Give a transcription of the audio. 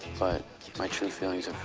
but my true feeling